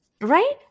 Right